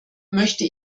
möchte